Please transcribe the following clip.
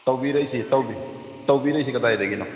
ꯇꯧꯕꯤꯔꯛꯏꯁꯦ ꯏꯇꯥꯎꯕꯤ ꯇꯧꯕꯤꯔꯛꯏꯁꯦ ꯀꯗꯥꯏꯗꯒꯤꯅꯣ